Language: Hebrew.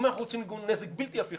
אם אנחנו רוצים לגרום נזק בלתי הפיך